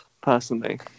personally